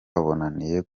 hotel